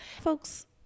Folks